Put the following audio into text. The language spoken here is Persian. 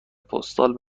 پستال